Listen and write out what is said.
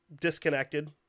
disconnected